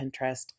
Pinterest